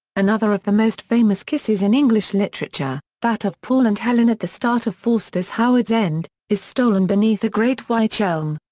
another of the most famous kisses in english literature, that of paul and helen at the start of forster's howards end, is stolen beneath a great wych elm.